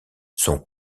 sont